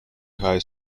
high